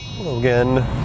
again